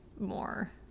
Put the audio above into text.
more